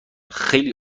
خیلی